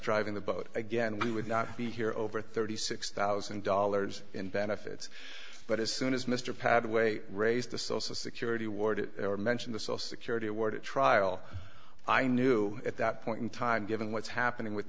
driving the boat again we would not be here over thirty six thousand dollars in benefits but as soon as mr pathway raised the social security ward or mention the social security award at trial i knew at that point in time given what's happening with